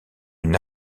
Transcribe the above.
une